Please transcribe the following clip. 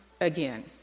again